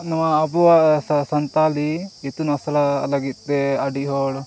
ᱱᱚᱣᱟ ᱟᱵᱚᱣᱟᱜ ᱥᱟ ᱥᱟᱱᱛᱟᱲᱤ ᱤᱛᱩᱱ ᱟᱥᱲᱟ ᱞᱟᱹᱜᱤᱫ ᱛᱮ ᱟᱹᱰᱤ ᱦᱚᱲ